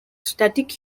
static